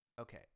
okay